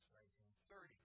1930